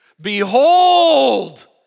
Behold